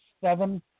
seven